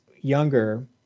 younger